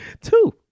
Two